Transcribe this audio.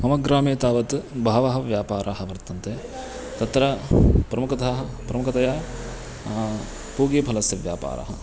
मम ग्रामे तावत् बहवः व्यापाराः वर्तन्ते तत्र प्रमुखतः प्रमुखतया फूगीफलस्य व्यापारः